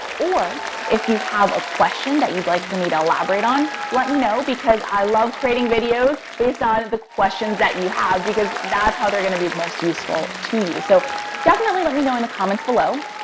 or, if you have a question that you'd like for me to elaborate on, let me know, because i love creating videos based on the questions that and you have, because that's how they're going to be the most useful to you. so definitely let me know in the comments below,